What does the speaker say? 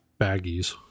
baggies